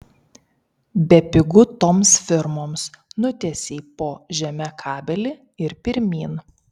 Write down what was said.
bepigu toms firmoms nutiesei po žeme kabelį ir pirmyn